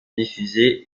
diffusés